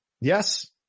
Yes